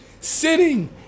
sitting